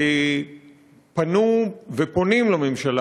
פנו ופונים לממשלה,